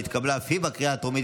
התקבלה בקריאה הטרומית,